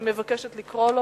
אני מבקשת לקרוא לו.